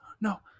no